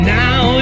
now